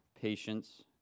patience